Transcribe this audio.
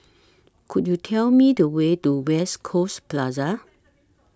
Could YOU Tell Me The Way to West Coast Plaza